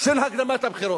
של הקדמת הבחירות,